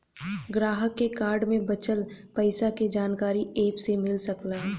ग्राहक क कार्ड में बचल पइसा क जानकारी एप से मिल सकला